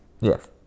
Yes